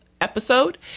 episode